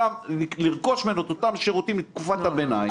לרכוש ממנו את אותם שירותים לתקופת הביניים.